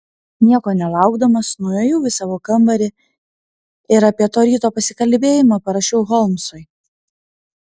nieko nelaukdamas nuėjau į savo kambarį ir apie to ryto pasikalbėjimą parašiau holmsui